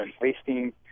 wasting